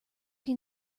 can